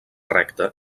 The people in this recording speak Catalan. recte